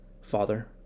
Father